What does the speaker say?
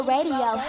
Radio